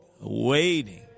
waiting